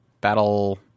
Battle